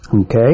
Okay